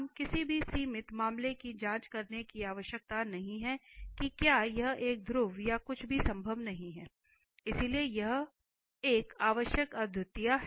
हमें किसी भी सीमित मामले की जांच करने की आवश्यकता नहीं है कि क्या यह एक ध्रुव या कुछ भी संभव नहीं है इसलिए यहां यह एक आवश्यक अद्वितीयता है